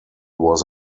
was